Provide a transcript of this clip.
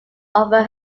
over